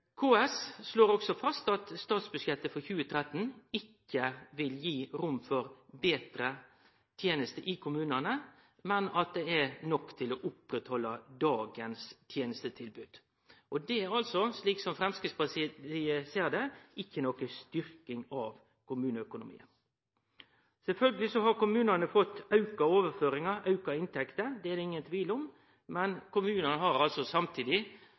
KS slår også fast at statsbudsjettet for 2013 ikkje vil gi rom for betre tenester i kommunane, men at det er nok til å halde ved lag dagens tenestetilbod. Slik Framstegsparitet ser det, er det ikkje noka styrking av kommuneøkonomien. Sjølvsagt har kommunane fått auka overføringar, auka inntekter – det er det ingen tvil om – men dei har samtidig